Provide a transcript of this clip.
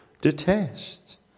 detest